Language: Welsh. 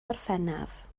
orffennaf